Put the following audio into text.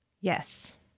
Yes